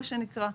מה שנקרא,